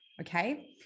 okay